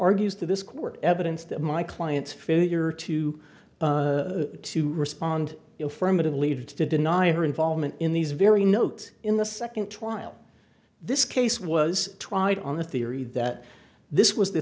argues to this court evidence that my client's failure to respond from a to the lead to deny her involvement in these very notes in the second trial this case was tried on the theory that this was the